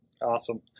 Awesome